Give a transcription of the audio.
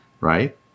right